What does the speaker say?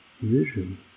vision